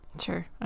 sure